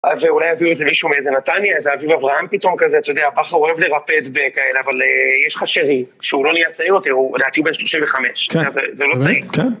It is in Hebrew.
אז אולי יביאו איזה מישהו מאיזה נתניה, איזה אביב אברהם פתאום כזה, אתה יודע, בכר אוהב לרפד בכאלה, אבל יש לך שרי, שהוא לא נהיה צעיר יותר, הוא, אתה יודע, בן 35. כן. זה לא צעיר.